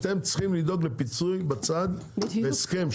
אתם צריכים לדאוג לפיצוי בצד הסכם,